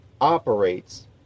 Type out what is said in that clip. operates